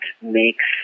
makes